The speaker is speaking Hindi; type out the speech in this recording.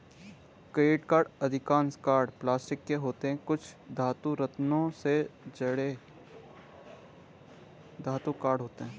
क्रेडिट कार्ड अधिकांश कार्ड प्लास्टिक के होते हैं, कुछ धातु, रत्नों से जड़े धातु कार्ड होते हैं